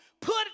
Put